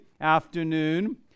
afternoon